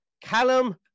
Callum